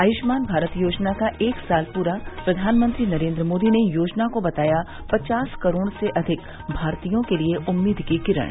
आयुष्मान भारत योजना का एक साल पूरा प्रधानमंत्री नरेन्द्र मोदी ने योजना को बताया पचास करोड़ से अधिक भारतीयों के लिये उम्मीद की किरण